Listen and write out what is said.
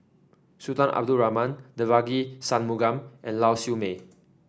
Sultan Abdul Rahman Devagi Sanmugam and Lau Siew Mei